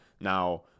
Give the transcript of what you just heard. Now